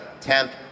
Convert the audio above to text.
temp